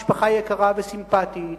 משפחה יקרה וסימפתית,